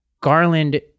Garland